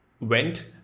went